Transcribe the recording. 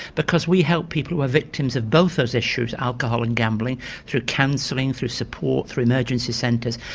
because we help people who are victims of both those issues alcohol and gambling through counselling, through support, through emergency centres,